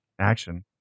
action